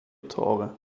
tore